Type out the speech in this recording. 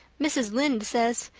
mrs. lynde says,